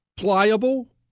pliable